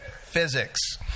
Physics